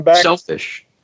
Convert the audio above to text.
selfish